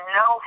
no